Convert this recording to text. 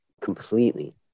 completely